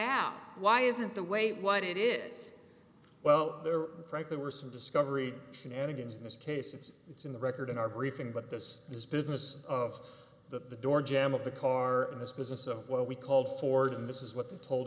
out why isn't the way what it is well there frankly were some discovery shenanigans in this case it's it's in the record in our briefing but this is business of the door jam of the car in this business of what we called ford and this is what the told